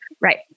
Right